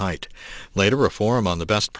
height later reform on the best